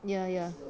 ya ya